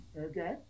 Okay